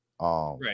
right